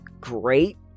Great